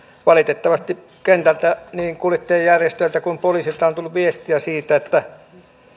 valitettavasti kentältä niin kuljettajajärjestöiltä kuin poliisiltakin on tullut viestiä siitä että tätä